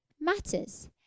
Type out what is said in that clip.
matters